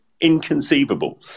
inconceivable